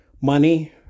money